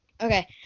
Okay